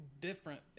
different